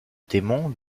démon